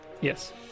Yes